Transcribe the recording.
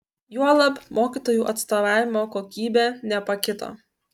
juolab mokytojų atstovavimo kokybė nepakito